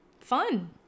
fun